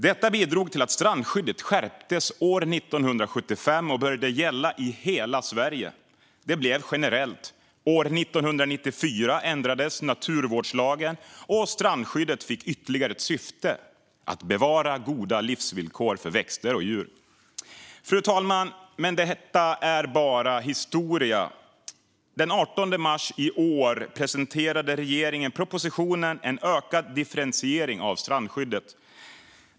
Detta bidrog till att strandskyddet skärptes 1975 och började gälla i hela Sverige; det blev generellt. År 1994 ändrades naturvårdslagen, och strandskyddet fick ytterligare ett syfte: att bevara goda livsvillkor för växter och djur. Fru talman! Detta är dock bara historia. Den 18 mars i år presenterade regeringen propositionen En ökad differentiering av strandskyddet .